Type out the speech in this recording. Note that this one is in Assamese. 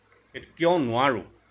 কিয় নোৱাৰোঁ